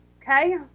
Okay